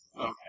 Okay